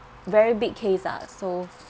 very big case ah so